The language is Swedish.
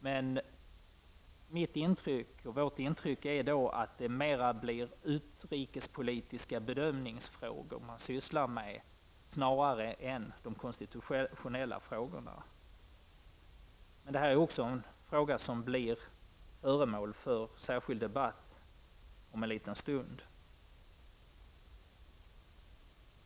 Men vårt intryck är att det då blir mer fråga om utrikespolitiska bedömningar snarare än konstitutionella. Men detta är också en fråga som blir föremål för särskild debatt om en liten stund.